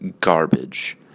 garbage